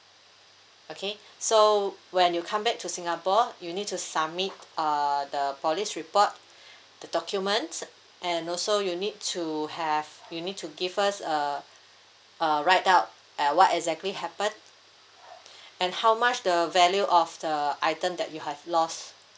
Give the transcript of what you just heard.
okay so when you come back to singapore you need to submit uh the police report the documents and also you need to have you need to give us uh a write up at what exactly happened and how much the value of the item that you have lost